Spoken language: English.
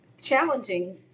challenging